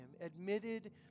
admitted